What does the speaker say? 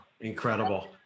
incredible